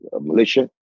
militia